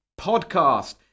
podcast